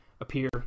appear